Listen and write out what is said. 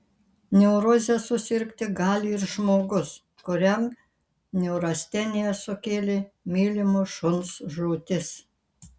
neuroze susirgti gali ir žmogus kuriam neurasteniją sukėlė mylimo šuns žūtis